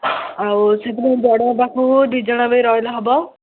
ଆଉ ସେଥିପାଇଁ ବଡ଼ ହବାକୁ ଦୁଇ ଜଣ ବି ରହିଲେ ହେବ